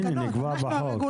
בתקנות, אנחנו הרגולטור.